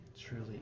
truly